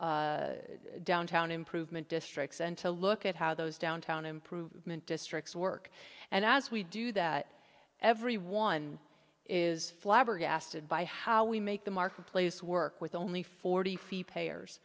have downtown improvement districts and to look at how those downtown improvement districts work and as we do that everyone is flabbergasted by how we make the marketplace work with only forty feet payors